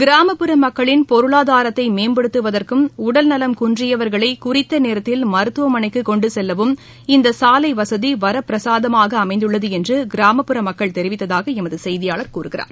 கிராமப்புற மக்களின் பொருளாதாரத்தை மேம்படுத்துவதற்கும் உடல்நலம் குன்றியவர்களை குறித்த நேரத்தில் மருத்துவமனைக்கு கொண்டு செல்லவும் இந்த சாலை வசதி வரப்பிரசாதமாக அமைந்துள்ளது என்று கிராமப்புற மக்கள் தெரிவித்ததாக எமது செய்தியாளர் கூறுகிறார்